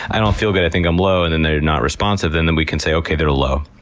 i don't feel good. i think i'm low, and and they're not responsive, then then we can say, okay, they're low.